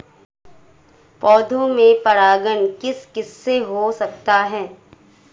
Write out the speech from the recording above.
पौधों में परागण किस किससे हो सकता है?